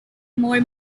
more